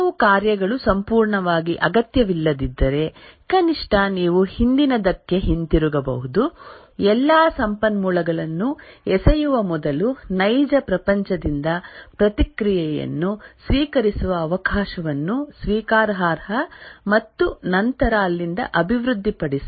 ಕೆಲವು ಕಾರ್ಯಗಳು ಸಂಪೂರ್ಣವಾಗಿ ಅಗತ್ಯವಿಲ್ಲದಿದ್ದರೆ ಕನಿಷ್ಠ ನೀವು ಹಿಂದಿನದಕ್ಕೆ ಹಿಂತಿರುಗಬಹುದು ಎಲ್ಲಾ ಸಂಪನ್ಮೂಲಗಳನ್ನು ಎಸೆಯುವ ಮೊದಲು ನೈಜ ಪ್ರಪಂಚದಿಂದ ಪ್ರತಿಕ್ರಿಯೆಯನ್ನು ಸ್ವೀಕರಿಸುವ ಅವಕಾಶವನ್ನು ಸ್ವೀಕಾರಾರ್ಹ ಮತ್ತು ನಂತರ ಅಲ್ಲಿಂದ ಅಭಿವೃದ್ಧಿಪಡಿಸಿ